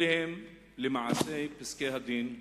אלה הם למעשה פסקי-הדין.